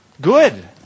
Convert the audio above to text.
good